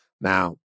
Now